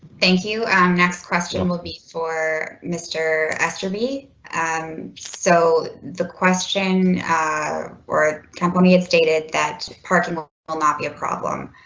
thank you ah um next question will be for mr. aster be so the question were company it stated that parking will will not be a problem.